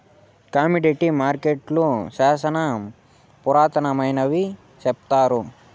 commodity మార్కెట్టులు శ్యానా పురాతనమైనవి సెప్తారు